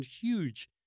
huge